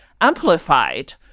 amplified